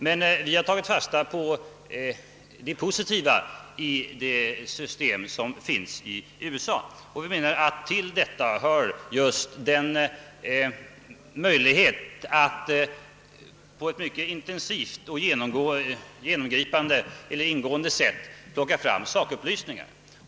Men vi har tagit fasta på det positiva i det amerikanska systemet. Dit hör, att det finns en möjlighet att på ett mycket intensivt och ingående sätt ta fram sakupplysningar.